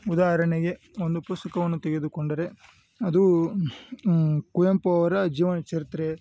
ಉದಾಹರಣೆಗೆ ಒಂದು ಪುಸ್ತಕವನ್ನು ತೆಗೆದುಕೊಂಡರೆ ಅದು ಕುವೆಂಪು ಅವರ ಜೀವನ ಚರಿತ್ರೆ